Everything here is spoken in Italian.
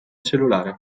cellulare